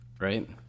Right